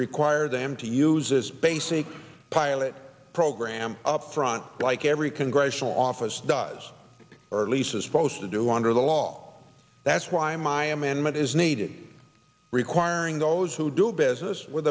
require them to use this basic pilot program up front like every congressional office does or at least as follows to do under the law that's why my amendment is needed requiring those who do business with